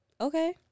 okay